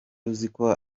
uziko